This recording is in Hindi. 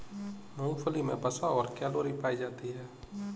मूंगफली मे वसा और कैलोरी पायी जाती है